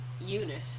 unit